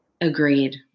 Agreed